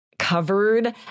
covered